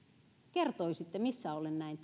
kertoisitte missä olen näin